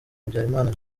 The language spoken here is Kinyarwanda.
habyarimana